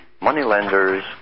Moneylenders